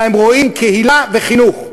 אלא הם רואים קהילה וחינוך.